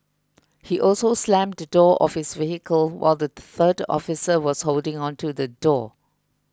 he also slammed the door of his vehicle while the third officer was holding onto the door